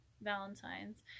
Valentine's